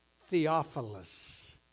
Theophilus